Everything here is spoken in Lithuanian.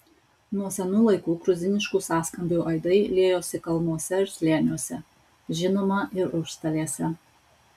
nuo senų laikų gruziniškų sąskambių aidai liejosi kalnuose ir slėniuose žinoma ir užstalėse